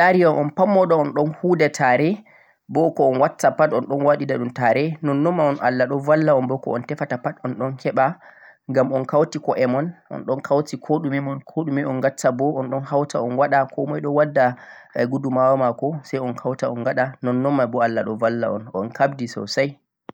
mi laari on, on pat mooɗon on ɗo hu'da 'tare', bo un watta pat on ɗo waɗida ɗum 'tare', nonnon man un Allah ɗo balla un bo ko on tefata pat on ɗon keɓa ngam on ɗon kawti ko'e mon, on ɗon kawti ko ɗume mon, ko ɗume on gatta booo on ɗon hawta hoore mon on ɗon hawta on waɗa ko moy ɗo wadda gudumawa maako say un kawta un gaɗa nonnoy may boo Allah ɗo balla un, un kapdi soosay.